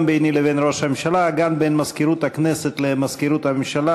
גם ביני לבין ראש הממשלה וגם בין מזכירות הכנסת למזכירות הממשלה.